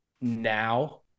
now